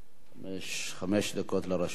חמש דקות לרשותך.